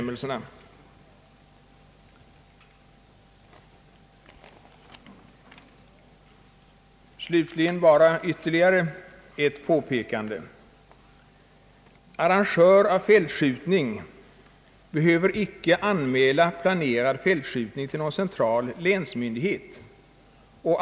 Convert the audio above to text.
Slutligen skall jag bara göra ytterligare ett påpekande. Arrangör av fältskjutningar behöver icke anmäla planerad fältskjutning till någon central länsmyndighet.